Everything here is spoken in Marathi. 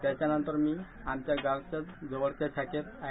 त्याच्या नंतर मी आमच्या गावच्या जवळच्या शाखेत आय